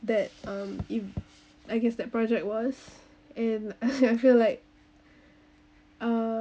that um ev~ I guess that project was and I feel like uh